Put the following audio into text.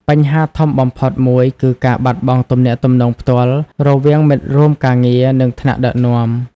បញ្ហាធំបំផុតមួយគឺ ការបាត់បង់ទំនាក់ទំនងផ្ទាល់ រវាងមិត្តរួមការងារ និងថ្នាក់ដឹកនាំ។